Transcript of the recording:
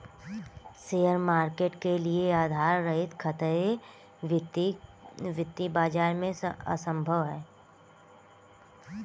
share market के लिये आधार रहित खतरे वित्तीय बाजार में असम्भव हैं